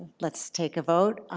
let's take a vote.